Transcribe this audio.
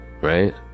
right